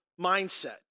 mindset